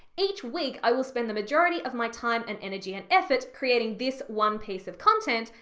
each week i will spend the majority of my time and energy and effort creating this one piece of content,